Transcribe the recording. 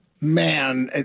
Man